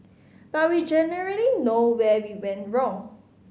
but we generally know where we went wrong